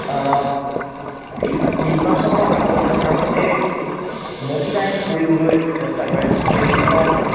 নিৰ্বাচনৰ আগত সাধাৰণতে ম'বিলাইজ কৰিবলৈ চেষ্টা কৰে বিভিন্ন